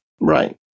Right